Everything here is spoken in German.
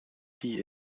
die